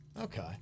Okay